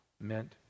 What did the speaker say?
meant